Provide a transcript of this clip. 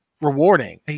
rewarding